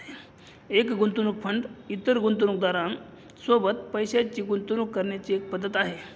एक गुंतवणूक फंड इतर गुंतवणूकदारां सोबत पैशाची गुंतवणूक करण्याची एक पद्धत आहे